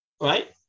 Right